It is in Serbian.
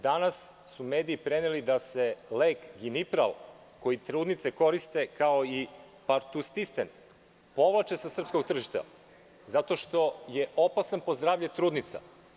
Danas su mediji preneli da se lek ginipral koji trudnice koriste kao i partustistenpovlače sa srpkog tržišta zato što su opasni po zdravlje trudnica.